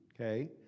okay